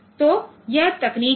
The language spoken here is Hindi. तो यह तकनीक है